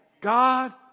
God